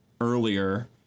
earlier